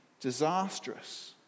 disastrous